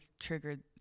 triggered